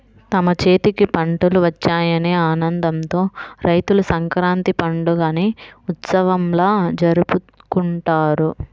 తమ చేతికి పంటలు వచ్చాయనే ఆనందంతో రైతులు సంక్రాంతి పండుగని ఉత్సవంలా జరుపుకుంటారు